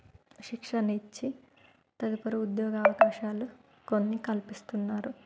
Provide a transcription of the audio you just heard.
శిక్షణ ఇచ్చి తదుపరి ఉద్యోగ అవకాశాలు కొన్ని కల్పిస్తున్నారు